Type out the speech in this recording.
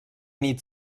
nit